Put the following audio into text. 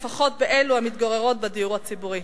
לפחות באלו המתגוררות בדיור הציבורי.